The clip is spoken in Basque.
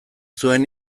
zuen